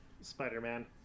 spider-man